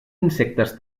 insectes